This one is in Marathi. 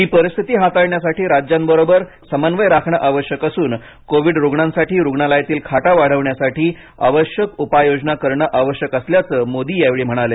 ही परिस्थिती हाताळण्यासाठी राज्यांबरोबर समन्वय राखणं आवश्यक असून कोविड रूग्णांसाठी रुग्णालयातील खाटा वाढवण्यासाठी आवश्यक उपाययोजना करणे आवश्यक असल्याचं मोदी यावेळी म्हणाले